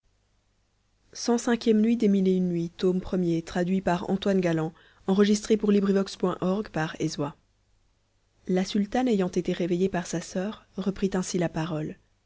la sultane ayant été réveillée par sa soeur reprit ainsi la parole